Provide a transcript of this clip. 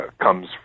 comes